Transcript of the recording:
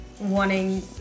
wanting